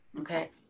Okay